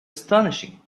astonishing